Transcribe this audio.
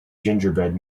gingerbread